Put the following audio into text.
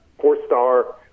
four-star